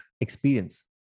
experience